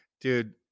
dude